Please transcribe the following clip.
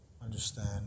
understand